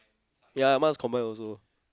ya mine was combined also